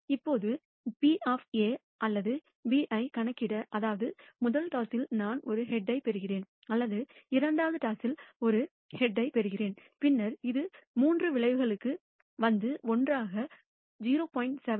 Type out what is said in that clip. இப்போது P அல்லது B கணக்கிட அதாவது முதல் டாஸில் நான் ஒரு ஹெட்யைப்யைப் பெறுகிறேன் அல்லது இரண்டாவது டாஸில் ஒரு ஹெட்யைப் பெறுகிறேன் பின்னர் இது மூன்று விளைவுகளுக்கு வந்து ஒன்றாக 0